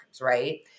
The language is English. right